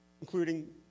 including